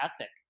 ethic